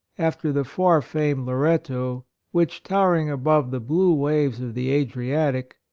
after the far-famed loretto which, towering above the blue waves of the adriatic,